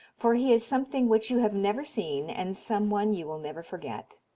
for he is something which you have never seen and some one you will never forget.